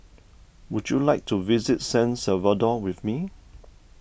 would you like to visit San Salvador with me